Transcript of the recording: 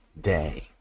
day